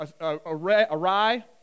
awry